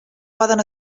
poden